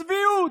צביעות.